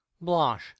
Blanche